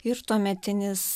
ir tuometinis